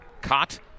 caught